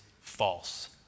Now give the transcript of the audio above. False